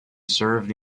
served